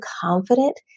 confident